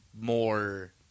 more